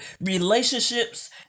relationships